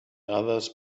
others